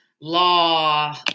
law